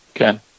Okay